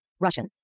Russian